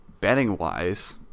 betting-wise